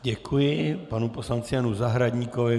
Děkuji panu poslanci Janu Zahradníkovi.